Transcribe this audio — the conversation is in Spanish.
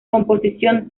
composición